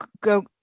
go